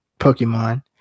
Pokemon